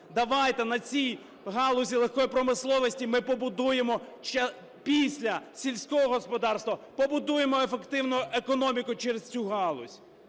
Давайте на цій галузі легкої промисловості ми побудуємо, після сільського господарства, побудуємо ефективну економіку через цю галузь.